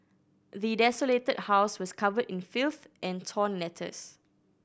the desolated house was covered in filth and torn letters